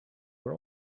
are